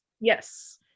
Yes